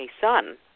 son